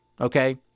okay